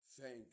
Thank